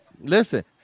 Listen